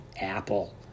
Apple